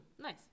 nice